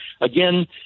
again